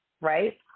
right